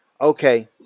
okay